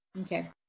Okay